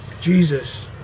Jesus